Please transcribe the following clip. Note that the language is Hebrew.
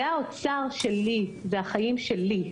זה האוצר שלי, זה החיים שלי.